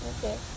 Okay